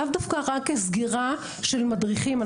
לאו דווקא רק הסגירה של מדריכים.